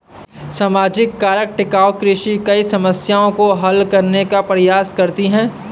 सामाजिक कारक टिकाऊ कृषि कई समस्याओं को हल करने का प्रयास करती है